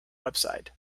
website